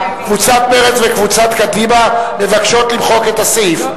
קבוצת מרצ וקבוצת קדימה מבקשות למחוק את הסעיף.